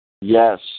yes